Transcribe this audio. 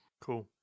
Cool